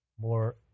more